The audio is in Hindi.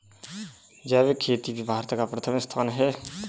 जैविक खेती में भारत का प्रथम स्थान है